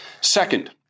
Second